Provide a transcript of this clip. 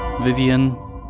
vivian